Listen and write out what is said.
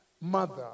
mother